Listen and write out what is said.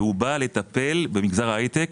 והוא בא לטפל במגזר ההייטק,